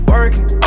Working